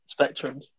spectrums